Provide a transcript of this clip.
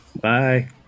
Bye